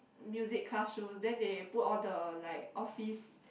music classrooms then they put all the like office